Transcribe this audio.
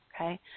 Okay